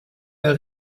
der